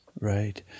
Right